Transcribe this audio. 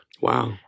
Wow